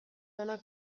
onak